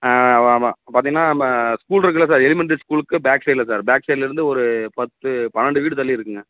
ஆ ஆமாம் ஆமாம் பார்த்தீங்கன்னா நம்ம ஸ்கூல் இருக்குதுல்ல சார் எலிமெண்ட்ரி ஸ்கூலுக்கு பேக் சைடில் சார் பேக் சைடுலேர்ந்து ஒரு பத்து பன்னெண்டு வீடு தள்ளி இருக்குதுங்க